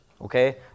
okay